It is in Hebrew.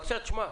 תשמע.